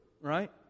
right